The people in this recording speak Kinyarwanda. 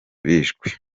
bishwe